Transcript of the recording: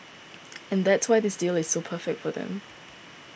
and that's why this deal is so perfect for them